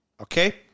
okay